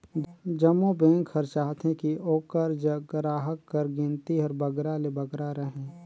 जम्मो बेंक हर चाहथे कि ओकर जग गराहक कर गिनती हर बगरा ले बगरा रहें